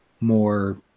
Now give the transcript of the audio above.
more